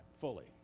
fully